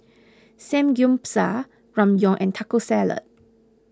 Samgyeopsal Ramyeon and Taco Salad